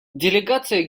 делегация